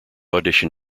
audition